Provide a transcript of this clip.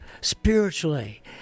spiritually